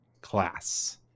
class